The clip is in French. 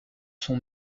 son